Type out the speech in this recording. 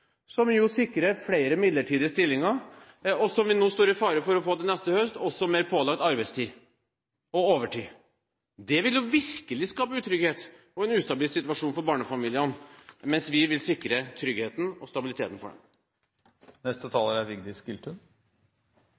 som sikrer flere midlertidige stillinger og – som vi står i fare for å få til neste høst – mer pålagt arbeidstid og overtid. Det vil virkelig skape utrygghet og en ustabil situasjon for barnefamiliene, mens vi vil sikre tryggheten og stabiliteten for dem. Fremskrittspartiet mener det er